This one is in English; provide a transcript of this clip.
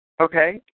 okay